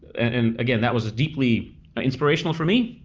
and again, that was deeply ah inspirational for me.